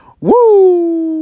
Woo